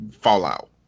Fallout